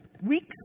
Weeks